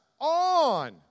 on